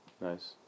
Nice